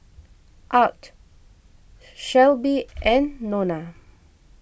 Arch Shelbi and Nona